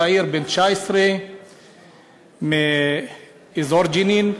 צעיר בן 19 מאזור ג'נין.